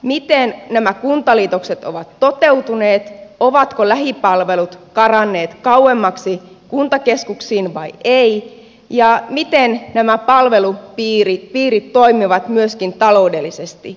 miten nämä kuntaliitokset ovat toteutuneet ovatko lähipalvelut karanneet kauemmaksi kuntakeskuksiin vai ei ja miten nämä palvelupiirit toimivat myöskin taloudellisesti